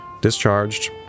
discharged